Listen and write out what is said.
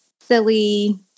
silly